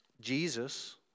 Jesus